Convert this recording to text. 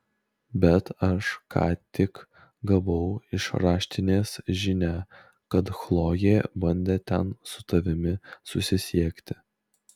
bet aš ką tik gavau iš raštinės žinią kad chlojė bandė ten su tavimi susisiekti